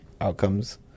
outcomes